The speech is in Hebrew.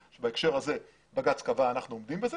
בהקשר הזה בג"ץ קבע ואנחנו עומדים בזה